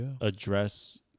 address